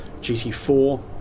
GT4